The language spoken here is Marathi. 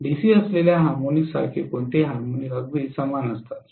डीसी असलेल्या हार्मोनिकसारखे कोणतेही हार्मोनिक अगदी समान असतात